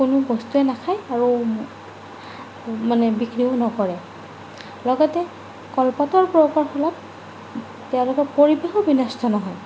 কোনো বস্তুৱেই নাখায় আৰু মানে বিক্ৰীও নকৰে লগতে কলপাতৰ তেওঁলোকৰ পৰিৱেশো বিনষ্ট নহয়